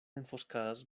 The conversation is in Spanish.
enfoscadas